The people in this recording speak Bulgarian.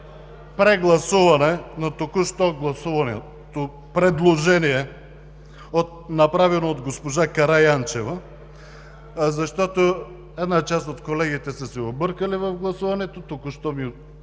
прегласуване на току-що гласуваното предложение, направено от госпожа Караянчева, защото една част от колегите са се объркали в гласуването. Току-що ме